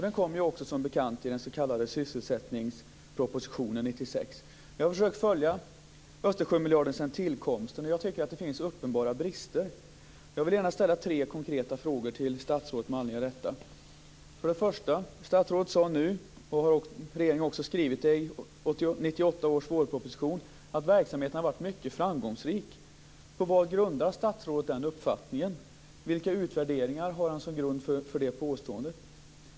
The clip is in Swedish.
Den kom också, som bekant, i den s.k. sysselsättningspropositionen Jag har försökt följa Östersjömiljarden sedan tillkomsten, och jag tycker att det finns uppenbara brister. Jag vill ställa tre konkreta frågor till statsrådet med anledning av detta. För det första: Statsrådet sade nu, vilket regeringen också har skrivit i 1998 års vårproposition, att verksamheten har varit mycket framgångsrik. På vad grundar statsrådet den uppfattningen? Vilka utvärderingar har han som grund för det påståendet?